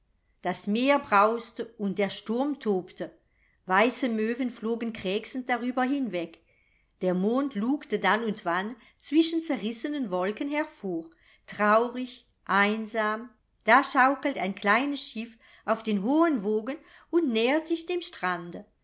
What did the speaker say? das meer brauste und der sturm tobte weiße möwen flogen krächzend darüber hinweg der mond lugte dann und wann zwischen zerrissenen wolken hervor traurig einsam da schaukelt ein kleines schiff auf den hohen wogen und nähert sich dem strande